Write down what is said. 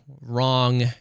wrong